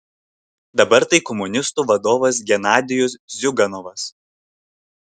dabar tai komunistų vadovas genadijus ziuganovas